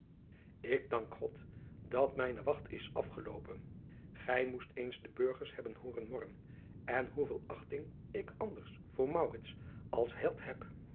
k dank od dat mijne wacht is afgeloopen ij moest eens de burgers hebben hooren morren en hoeveel achting ik anders voor als held heb